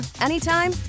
anytime